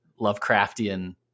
Lovecraftian